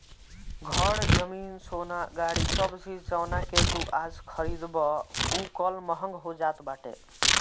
घर, जमीन, सोना, गाड़ी सब चीज जवना के तू आज खरीदबअ उ कल महंग होई जात बाटे